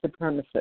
supremacists